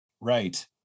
Right